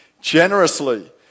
generously